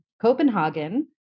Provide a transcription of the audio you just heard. Copenhagen